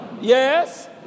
Yes